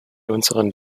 unseren